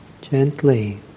Gently